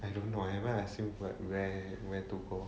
I don't know I haven't ask him where where to go